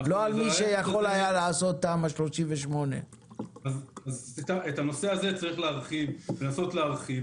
לא על מי שיכול היה לעשות תמ"א 38. את הנושא הזה צריך לנסות להרחיב,